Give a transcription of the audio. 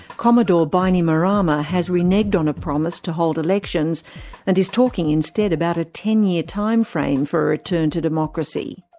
commodore bainimarama has reneged on a promise to hold elections and is talking instead about a ten year time frame for a return to democracy.